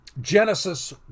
Genesis